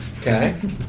okay